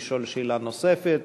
לשאול שאלה נוספת,